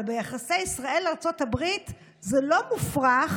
אבל ביחסי ישראל-ארצות הברית זה לא מופרך